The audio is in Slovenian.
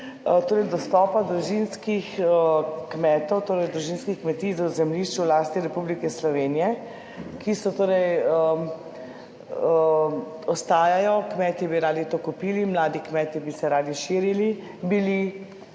torej dostopa družinskih kmetov, torej družinskih kmetij do zemljišč v lasti Republike Slovenije, ki Torej ostajajo, kmetje bi radi to kupili, mladi kmetje bi se radi širili, bili